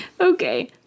Okay